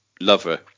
lover